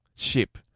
Ship